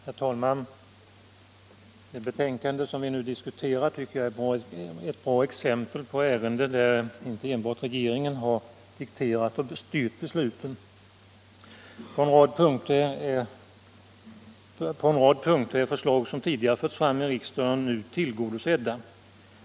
Herr talman! Det betänkande som vi nu diskuterar är ett bra exempel på ett ärende där inte enbart regeringen dikterat och styrt besluten. På en rad punkter har förslag som tidigare förts fram i riksdagen nu blivit tillgodosedda.